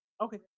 Okay